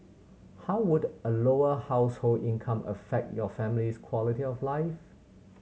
how would a lower household income affect your family's quality of life